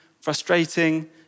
frustrating